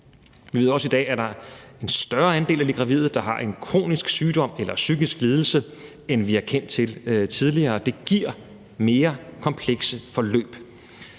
Vi ved også i dag, at der er en større andel af de gravide, der har en kronisk sygdom eller psykisk lidelse, end vi har kendt til tidligere, og det giver mere komplekse forløb.